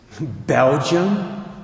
Belgium